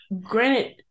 granted